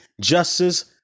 justice